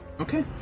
Okay